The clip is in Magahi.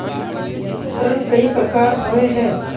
ऋण कई प्रकार होए है?